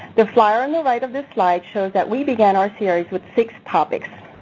the flyer on the right of this slide shows that we began our series with six topics.